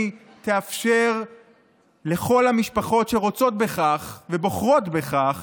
תאפשר לכל המשפחות שרוצות בכך ובוחרות בכך